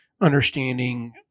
understanding